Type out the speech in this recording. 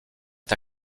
est